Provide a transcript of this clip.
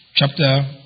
Chapter